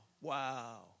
wow